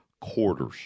quarters